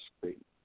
great